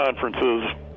conferences